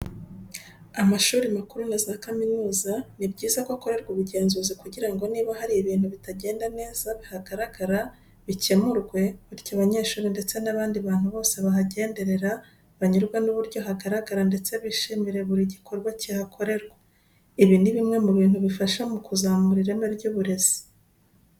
Amashuri makuru na za kaminuza ni byiza ko akorerwa ubugenzuzi kugira ngo niba hari ibintu bitagenda neza bihagaragara bikemurwe bityo abanyehuri ndetse n'abandi bantu bose bahagenderera banyurwe n'uburyo hagaragara ndetse bishimire buri gikorwa cyihakorerwa. Ibi ni bimwe mu bintu bifasha mu kuzamura ireme ry'uburezi.